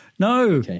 No